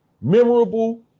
memorable